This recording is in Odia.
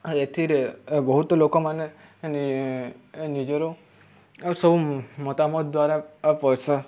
ଏଥିରେ ବହୁତ ଲୋକମାନେ ନିଜର ଆଉ ସବୁ ମତାମତ ଦ୍ୱାରା ଆଉ ପଇସା